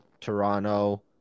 Toronto